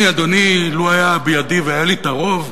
אני, אדוני, לו היה בידי והיה לי את הרוב,